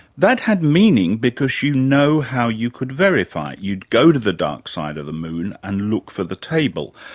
that had meaning because you know how you could verify it. you'd go to the dark side of the moon and look for the table.